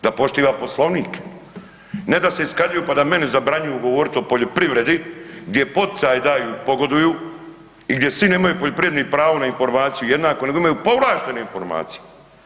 Da poštiva Poslovnik, ne da se iskazuju pa da meni zabranjuju govoriti o poljoprivredi, gdje poticaje daju i pogoduju i gdje svi nemaju poljoprivrednici pravo na informaciju jednako nego imaju povlaštene informacije.